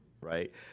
right